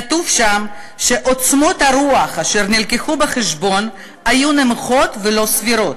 כתוב שם שעוצמות הרוח אשר הובאו בחשבון היו נמוכות ולא סבירות,